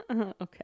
Okay